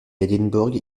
édimbourg